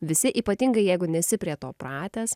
visi ypatingai jeigu nesi prie to pratęs